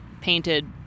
painted